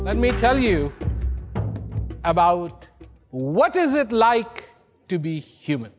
let me tell you about what is it like to be hum